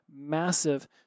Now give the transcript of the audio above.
massive